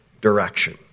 direction